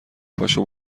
پاشو